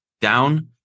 down